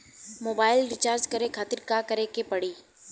Mobile recharge करे खातिर का करे के पड़ी?